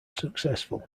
successful